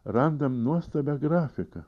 randam nuostabią grafiką